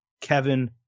Kevin